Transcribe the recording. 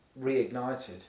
reignited